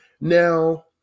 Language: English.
Now